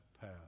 path